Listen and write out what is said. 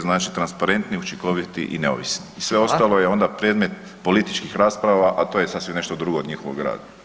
Znači transparentni, učinkoviti i neovisni i sve ostalo je onda predmet političkih rasprava, a to je sasvim nešto drugo od njihovog rada.